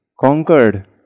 conquered